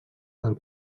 del